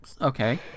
Okay